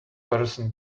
person